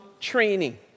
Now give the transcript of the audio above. training